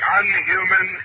unhuman